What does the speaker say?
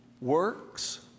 works